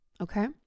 okay